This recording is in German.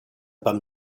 beim